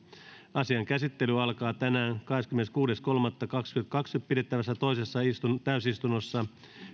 asian käsittely alkaa tänään kahdeskymmeneskuudes kolmatta kaksituhattakaksikymmentä pidettävässä toisessa täysistunnossa